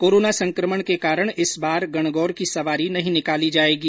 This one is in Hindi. कोरोना संकमण के कारण इस बार गणगौर की सवारी नहीं निकाली जाएगी